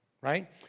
Right